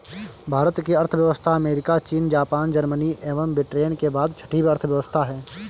भारत की अर्थव्यवस्था अमेरिका, चीन, जापान, जर्मनी एवं ब्रिटेन के बाद छठी अर्थव्यवस्था है